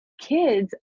kids